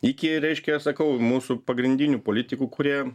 iki reiškia sakau mūsų pagrindinių politikų kurie